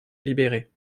libérée